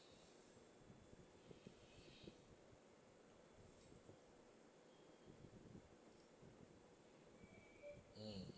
mm